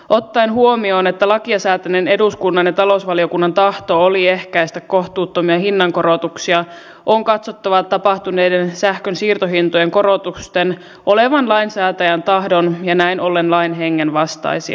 ottaen huomioon että lakia säätäneen eduskunnan ja talousvaliokunnan tahto oli ehkäistä kohtuuttomia hinnankorotuksia on katsottava tapahtuneiden sähkön siirtohintojen korotusten olevan lainsäätäjän tahdon ja näin ollen lain hengen vastaisia